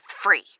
free